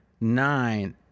Nine